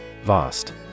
Vast